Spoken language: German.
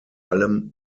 allem